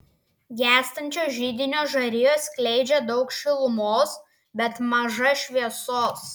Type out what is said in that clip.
gęstančios židinio žarijos skleidžia daug šilumos bet maža šviesos